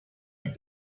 hit